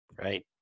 Right